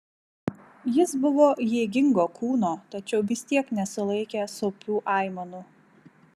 jis buvo jėgingo kūno tačiau vis tiek nesulaikė sopių aimanų